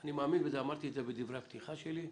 אני מאמין בזה, אמרתי את זה בדברי הפתיחה שלי,